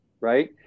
right